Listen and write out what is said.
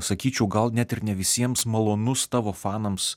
sakyčiau gal net ir ne visiems malonus tavo fanams